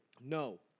No